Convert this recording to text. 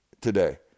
today